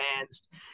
advanced